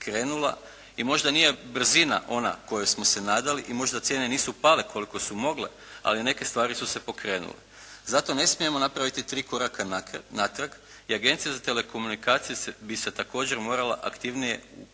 i možda nije brzina ona kojoj smo se nadali i možda cijene nisu pale koliko su mogle, ali neke stvari su se pokrenule. Zato ne smijemo napraviti 3 koraka natrag i Agencija za telekomunikacije bi se također morala aktivnije uključiti